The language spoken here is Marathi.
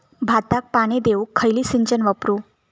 भाताक पाणी देऊक खयली सिंचन वापरू?